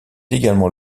également